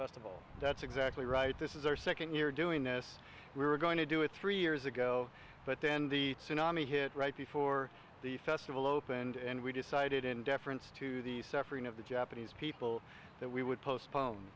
festival that's exactly right this is our second year doing this we were going to do it three years ago but then the tsunami hit right before the festival opened and we decided in deference to the suffering of the japanese people that we would postpone